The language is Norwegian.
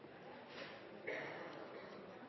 takk